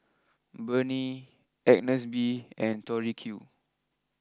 Burnie Agnes B and Tori Q